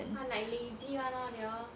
like lazy [one] lor they all